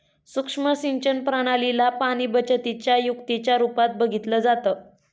सुक्ष्म सिंचन प्रणाली ला पाणीबचतीच्या युक्तीच्या रूपात बघितलं जातं